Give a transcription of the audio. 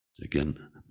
again